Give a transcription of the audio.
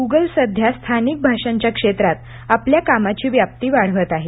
Google सध्या स्थानिक भाषांच्या क्षेत्रात आपल्या कामाची व्याप्ती वाढवत आहे